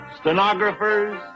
stenographers